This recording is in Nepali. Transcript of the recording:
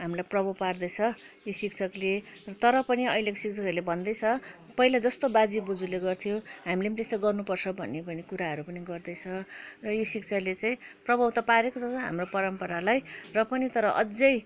हामीलाई प्रभाव पार्दैछ यो शिक्षकले तर पनि अहिलेको शिक्षकहरले भन्दैछ पहिला जस्तो बाजे बोजूले गर्थ्यो हामीले पनि त्यस्तै गर्नु पर्छ भन्ने भन्ने कुराहरू पनि गर्दैछ र यो शिक्षाले चाहिँ प्रभाव त पारेको छ छ हाम्रो परम्परालाई र पनि तर अझै